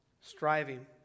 striving